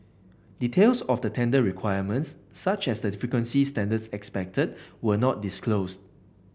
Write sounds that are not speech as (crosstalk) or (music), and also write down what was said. details of the tender requirements such as the (unintelligible) standards expected were not disclosed